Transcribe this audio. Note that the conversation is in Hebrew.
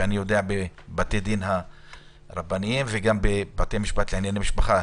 בבתי הדין הרבניים ובבתי הדין לענייני משפחה.